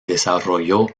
desarrolló